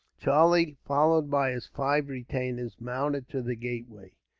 charlie, followed by his five retainers, mounted to the gateway.